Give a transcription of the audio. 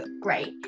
great